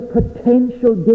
potential